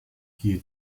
geht